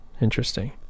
interesting